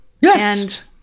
Yes